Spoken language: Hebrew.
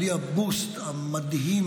בלי הבוסט המדהים,